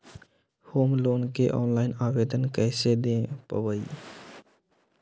Home loan के online आवेदन कैसे दें पवई?